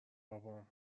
بابام